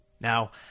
Now